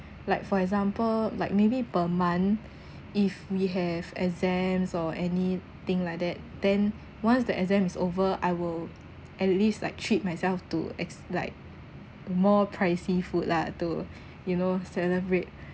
like for example like maybe per month if we have exams or anything like that then once the exam is over I will at least like treat myself to ex~ like more pricey food lah to you know celebrate